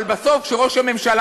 אבל בסוף ראש הממשלה,